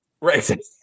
Right